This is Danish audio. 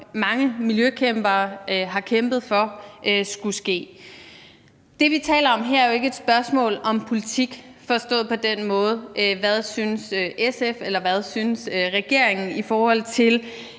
mange miljøforkæmpere har kæmpet for skulle ske. Det, vi taler om her, er jo ikke et spørgsmål om politik forstået som: Hvad synes SF eller hvad synes regeringen i forhold til